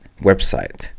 website